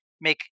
Make